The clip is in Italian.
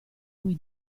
voi